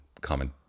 common